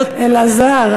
אלעזר.